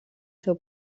seu